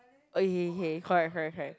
okay K correct correct correct